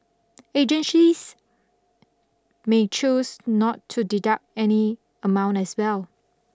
agencies may choose not to deduct any amount as well